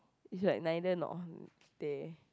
it's like neither nor there